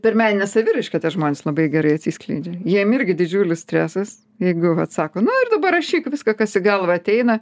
per meninę saviraišką tie žmonės labai gerai atsiskleidžia jiem irgi didžiulis stresas jeigu vat sako nu ir dabar rašyk viską kas į galvą ateina